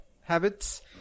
habits